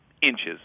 inches